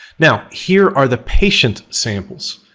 now, here are the patient samples.